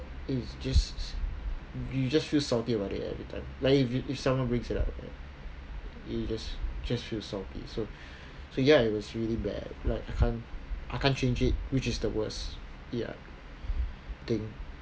it's just you just feel salty about it every time like if you if someone brings it up right it just feel salty so so ya it was really bad like I can't I can't change it which is the worst thing